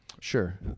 Sure